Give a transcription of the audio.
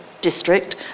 district